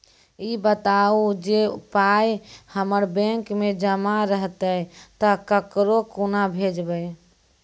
ई बताऊ जे पाय हमर बैंक मे जमा रहतै तऽ ककरो कूना भेजबै?